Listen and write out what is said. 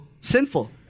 sinful